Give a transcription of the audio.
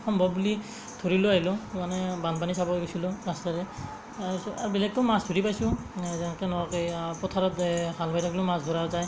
সম্ভৱ বুলি ধৰি লৈ আহিলোঁ মানে বানপানী চাব গৈছিলোঁ ৰাস্তাৰে তাৰপিছত আৰু বেলেগো মাছ ধৰি পাইছোঁ যেনেকৈ নহওক সেইয়া পথাৰত হাল বাই থাকিলেও মাছ ধৰা যায়